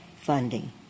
funding